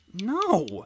No